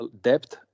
Depth